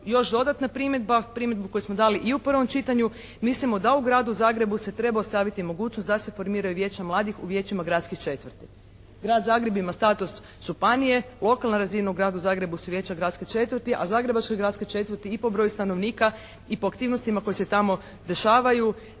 još dodatna primjedba, primjedbu koju smo dali i u prvom čitanju. Mislimo da u Gradu Zagrebu se treba ostaviti mogućnost da se formiraju vijeća mladih u vijećima gradskih četvrti. Grad Zagreb ima status županije. Lokalna razina u Gradu su vijeća gradskih četvrti, a zagrebačke gradske četvrti i po broju stanovnika i po aktivnostima koje se tamo dešavaju